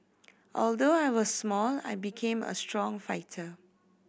although I was small I became a strong fighter